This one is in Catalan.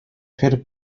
fer